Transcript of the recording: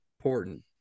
important